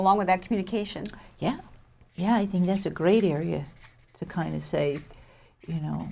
along with that communication yeah yeah i think that's a great ear yes to kind of say you know